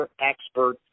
expert